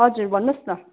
हजुर भन्नुहोस् न